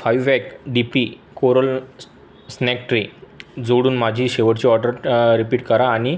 five वॅक D P कोरल स स्नॅक ट्रे जोडून माझी शेवटची ऑर्डर रिपीट करा आणि